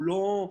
זו לא המלצה,